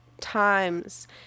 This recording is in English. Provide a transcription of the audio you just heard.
times